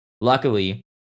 Luckily